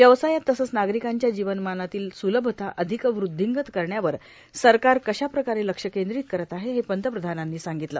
व्यवसायात तसेच नागरिकांच्या जीवनमानातील स्लभता अधिक वृद्वींगत करण्यावर सरकार कशाप्रकारे लक्ष केंद्रीत करत आहे हे पंतप्रधानांनी सांगितले